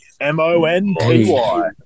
M-O-N-T-Y